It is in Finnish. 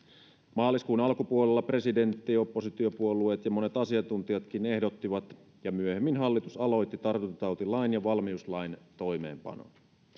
maaliskuun alkupuolella presidentti ja oppositiopuolueet ja monet asiantuntijatkin ehdottivat ja myöhemmin hallitus aloitti tartuntatautilain ja valmiuslain toimeenpanon